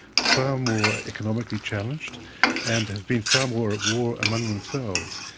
far more economically challenged and have been far more at war among themselves.